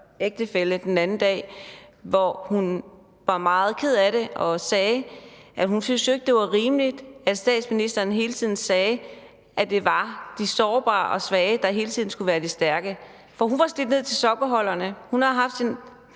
ægtefælle den anden dag, og hun var meget ked af det og sagde, at hun jo ikke syntes, det var rimeligt, at statsministeren hele tiden sagde, at det var de sårbare og svage, der hele tiden skulle være de stærke, for hun var slidt ned til sokkeholderne og havde haft sin